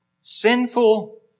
Sinful